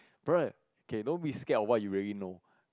by right okay don't be scare what are you really know